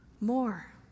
more